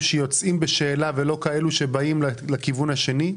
שיוצאים בשאלה ולא כאלה שבאים לכיוון השני?